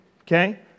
okay